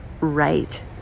right